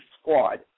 Squad